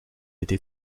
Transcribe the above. été